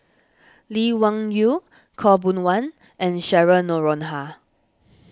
Lee Wung Yew Khaw Boon Wan and Cheryl Noronha